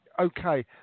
Okay